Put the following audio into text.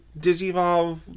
digivolve